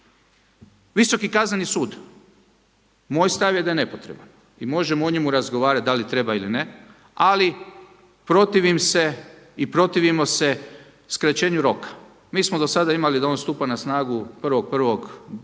Visoki kazneni sud. Moj stav je da je nepotreban i možemo o njemu razgovarati da li treba ili ne, ali protivim se i protivimo se skraćenju roka. Mi smo do sada imali da on stupa na snagu 1.1.2020. Ovdje